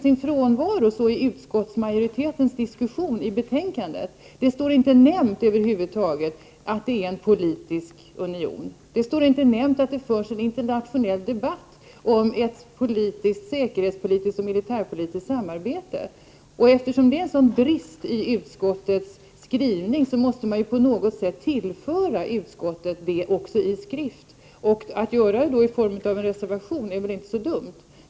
I utskottsmajoritetens diskussion i betänkandet står det över huvud taget inte nämnt att det är fråga om en politisk union. Det står inte nämnt att det förs en internationell debatt om ett politiskt, säkerhetspolitiskt och militärpolitiskt samarbete. Eftersom det är en sådan brist i utskottets skrivning, måste man ju på något sätt tillföra utskottet denna information också i skrift. Att då göra det i form av en reservation är väl inte så dumt.